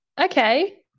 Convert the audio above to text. Okay